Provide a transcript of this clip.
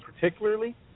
particularly